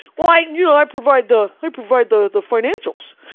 well i knew i provide the provide the financials,